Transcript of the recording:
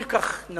כל כך נמוך,